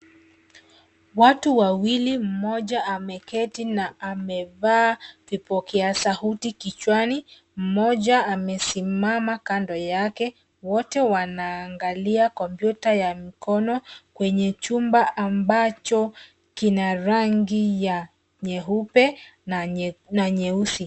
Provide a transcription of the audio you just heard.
Watu wawili mmoja ameketi na amevaa vipokea sauti kichwani, mmoja amesimama kando yake. Wote wanaangalia kompyuta ya mkono kwenye chumba ambacho kina rangi ya nyeupe na nyeusi.